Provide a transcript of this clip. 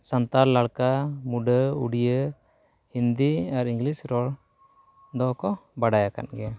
ᱥᱟᱱᱛᱟᱲ ᱞᱟᱲᱠᱟ ᱢᱩᱸᱰᱟᱹ ᱩᱰᱤᱭᱟᱹ ᱦᱤᱱᱫᱤ ᱟᱨ ᱤᱝᱞᱤᱥ ᱨᱚᱲ ᱫᱚᱠᱚ ᱵᱟᱰᱟᱭ ᱟᱠᱟᱫ ᱜᱮᱭᱟ